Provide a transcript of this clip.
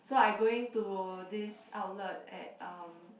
so I going to this outlet at uh